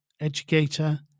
educator